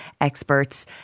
experts